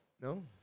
No